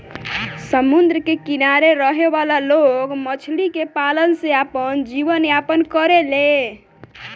समुंद्र के किनारे रहे वाला लोग मछली के पालन से आपन जीवन यापन करेले